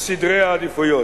סדרי העדיפויות.